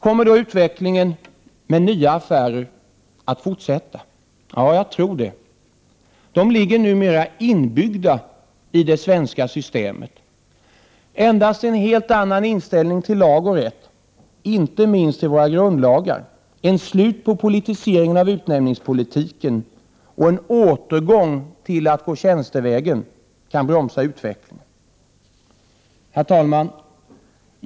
Kommer då utvecklingen med nya affärer att fortsätta? Jag tror det. De ligger numera inbyggda i det svenska systemet. Endast en helt annan inställning till lag och rätt, inte minst till våra grundlagar, ett slut på politiseringen av utnämningspolitiken och en återgång till att gå tjänstevägen, kan bromsa utvecklingen. Herr talman!